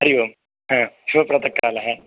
Hari Om शुभप्रातःकालः